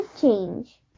change